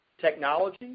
technology